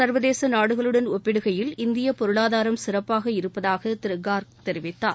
சா்வதேச நாடுகளுடன் ஒப்பிடுகையில் இந்திய பொருளாதாரம் சிறப்பாக இருப்பதாக திரு காா்க் தெரிவித்தார்